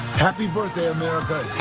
happy birthday america